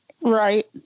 Right